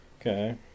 Okay